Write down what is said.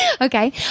Okay